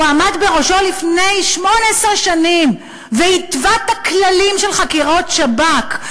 והוא עמד בראשו לפני 18 שנים והתווה את הכללים של חקירות שב"כ,